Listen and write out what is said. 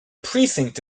precinct